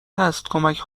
هست، کمک